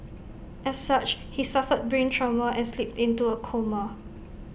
as such he suffered brain trauma and slipped into A coma